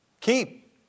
Keep